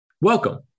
Welcome